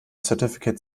certificate